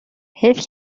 حیف